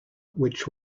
which